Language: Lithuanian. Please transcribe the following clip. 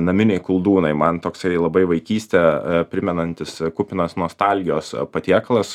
naminiai koldūnai man toksai yra labai vaikystę primenantis kupinas nostalgijos patiekalas